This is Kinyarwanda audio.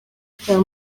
cya